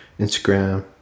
Instagram